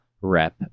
rep